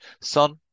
Son